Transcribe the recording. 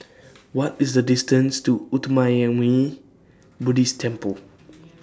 What IS The distance to Uttamayanmuni Buddhist Temple